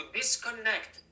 disconnect